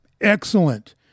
excellent